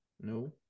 no